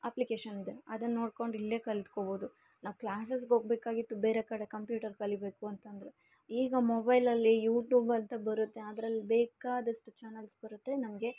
application ಇದೆ ಅದನ್ನು ನೋಡ್ಕೊಂಡು ಇಲ್ಲೇ ಕಲಿತ್ಕೊಬೋದು ನಾವು ಕ್ಲಾಸಸ್ಗೆ ಹೋಗ್ಬೇಕಾಗಿತ್ತು ಬೇರೆ ಕಡೆ ಕಂಪ್ಯೂಟರ್ ಕಲಿಬೇಕು ಅಂತಂದರೆ ಈಗ ಮೊಬೈಲಲ್ಲಿ ಯೂಟೂಬ್ ಅಂತ ಬರುತ್ತೆ ಅದ್ರಲ್ಲಿ ಬೇಕಾದಷ್ಟು ಚಾನಲ್ಸ್ ಬರುತ್ತೆ ನಮಗೆ